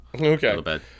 Okay